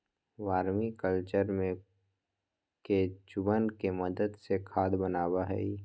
vermi culture में केंचुवन के मदद से खाद बनावा हई